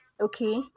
okay